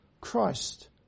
Christ